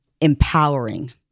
empowering